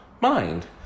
mind